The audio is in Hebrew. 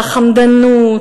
על החמדנות,